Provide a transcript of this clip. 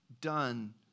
done